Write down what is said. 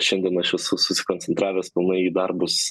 šiandien aš esu susikoncentravę pilnai į darbus